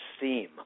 theme